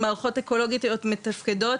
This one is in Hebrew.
מערכות אקולוגיות מתפקדות,